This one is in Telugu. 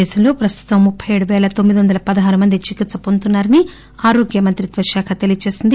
దేశంలో ప్రస్తుతం ముప్పై ఏడు పేల తొమ్మిది వందల పదహారు మంది చికిత్ప వొందుతున్నా రని ఆరోగ్య మంత్రిత్వ శాఖ తెలియచేసింది